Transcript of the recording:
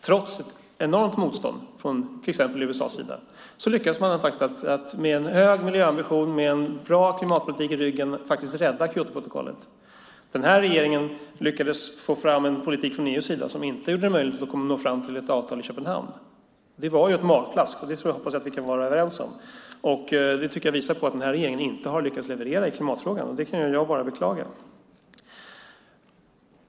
Trots ett enormt motstånd från till exempel USA:s sida lyckades man faktiskt att med en hög miljöambition och med en bra klimatpolitik i ryggen rädda Kyotoprotokollet. Denna regering lyckades få fram en politik från EU:s sida som inte gjorde det möjligt att nå fram till ett avtal i Köpenhamn. Det var ett magplask, och det hoppas jag att vi kan vara överens om. Det tycker jag visar på att denna regering inte har lyckats leverera i klimatfrågan. Det kan jag bara beklaga.